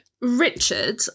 Richard